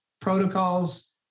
protocols